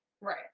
Right